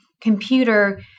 computer